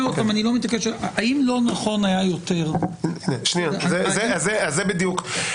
שוב אני לא מתעקש האם לא נכון היה יותר -- זה בדיוק העניין.